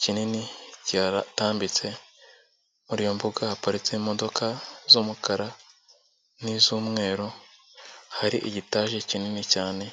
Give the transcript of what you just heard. kinini kihatambitse, mu mbuga haparitse imodoka z'umukara n'iz'umweru, hari igitage kinini cyane.